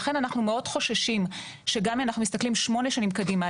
אם אנחנו מסתכלים שמונה שנים קדימה,